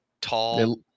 tall